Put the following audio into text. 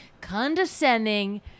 condescending